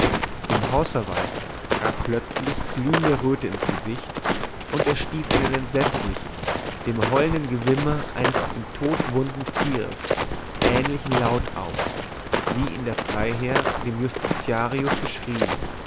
dem hausverwalter trat plötzlich glühende röte ins gesicht und er stieß einen entsetzlichen dem heulenden gewimmer eines auf den tod wunden tiers ähnlichen laut aus wie ihn der freiherr dem jutistitiarius beschrieben